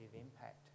impact